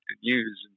use